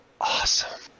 Awesome